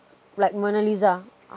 like mona lisa